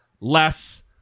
less